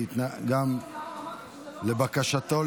לבקשתו,